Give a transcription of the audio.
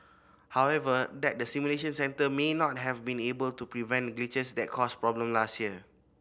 however that the simulation centre may not have been able to prevent glitches that caused problems last year